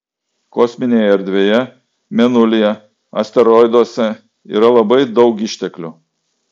kosminėje erdvėje mėnulyje asteroiduose yra labai daug išteklių